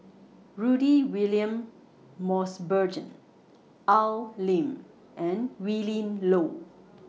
Rudy William Mosbergen Al Lim and Willin Low